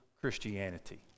Christianity